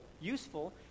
useful